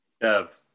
Dev